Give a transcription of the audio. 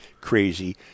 crazy